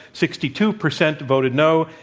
sixty two percent voted no.